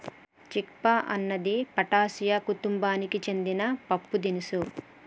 చిక్ పా అంది ఫాటాసియా కుతుంబానికి సెందిన పప్పుదినుసు